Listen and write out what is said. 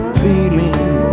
feeling